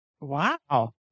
Wow